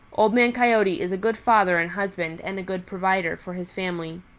old man coyote is a good father and husband and a good provider for his family.